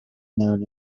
known